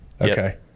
okay